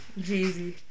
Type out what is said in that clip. Jeezy